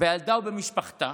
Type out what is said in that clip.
בילדה ובמשפחתה,